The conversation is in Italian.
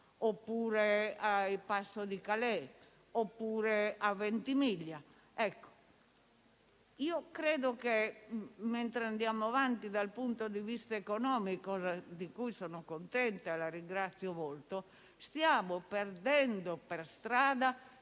oppure al Passo di Calais o a Ventimiglia. Ecco, credo che, mentre andiamo avanti dal punto di vista economico - della qual cosa sono contenta e la ringrazio molto - stiamo perdendo per strada